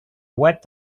web